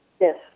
Yes